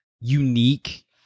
unique